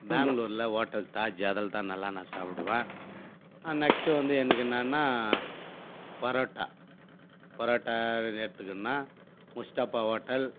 பெங்களூரில் ஹோட்டல் தாஜ் அதில் தான் நல்லா நான் சாப்பிடுவேன் நெக்ஸ்ட்டு வந்து எனக்கு என்னென்னா பரோட்டா பரோட்டா எடுத்துக்கணும்னா முஸ்தபா ஹோட்டல்